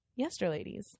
yesterladies